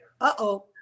Uh-oh